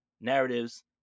narratives